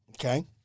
Okay